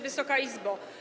Wysoka Izbo!